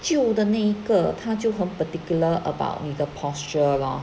旧的那个他就很 particular about 你的 posture lor